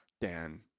Dan